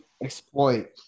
exploit